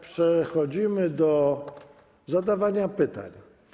Przechodzimy do zadawania pytań.